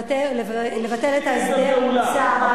לבטל את ההסדר עם צה"ל,